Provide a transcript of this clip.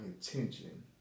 attention